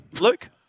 Luke